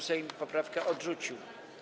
Sejm poprawkę odrzucił.